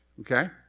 Okay